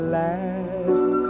last